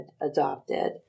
adopted